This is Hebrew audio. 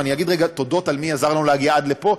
ואני אגיד רגע תודות למי שעזר לנו להגיע עד פה,